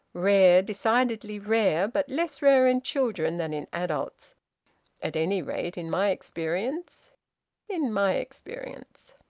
rare, decidedly rare, but less rare in children than in adults at any rate in my experience in my experience.